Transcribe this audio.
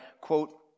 quote